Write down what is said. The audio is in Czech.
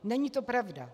Není to pravda.